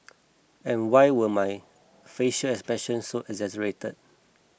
and why were my facial expressions so exaggerated